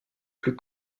plus